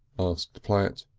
asked platt.